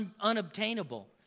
unobtainable